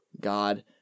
God